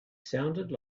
sounded